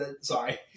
Sorry